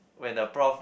when the prof